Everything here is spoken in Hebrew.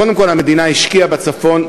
קודם כול המדינה השקיעה בצפון.